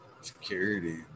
security